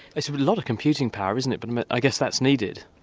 it's a lot of computing power, isn't it, but i guess that's needed.